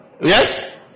yes